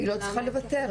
היא לא צריכה לוותר.